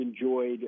enjoyed